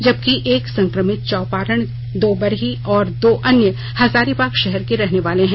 जबकि एक संकमित चौपारण दो बरही और दो अन्य हजारीबाग शहर के रहने वाले हैं